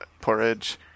porridge